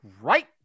right